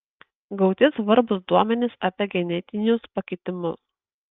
gauti svarbūs duomenys apie genetinius pakitimus